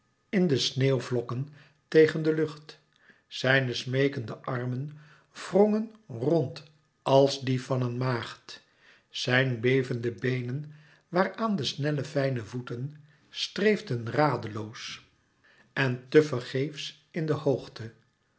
in de sneeuwvlokken tegen de lucht zijne smeekende armen wrongen rond als die van een maagd zijn bevende beenen waaraan de snelle fijne voeten streefden radeloos en te vergeefs in de hoogte